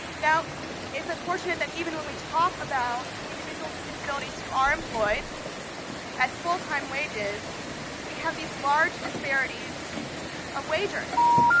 now it's unfortunate that even when we talk about individuals with disabilities who are employed at full-time wages we have these large disparities of wage earnings.